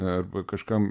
arba kažkam